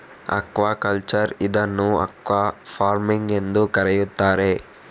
aquaculture ಇದನ್ನು aquafarming ಎಂದೂ ಕರೆಯುತ್ತಾರೆ